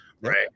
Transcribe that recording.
Right